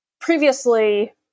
previously